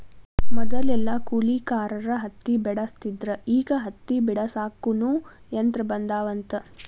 ಮದಲೆಲ್ಲಾ ಕೂಲಿಕಾರರ ಹತ್ತಿ ಬೆಡಸ್ತಿದ್ರ ಈಗ ಹತ್ತಿ ಬಿಡಸಾಕುನು ಯಂತ್ರ ಬಂದಾವಂತ